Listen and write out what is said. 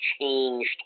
changed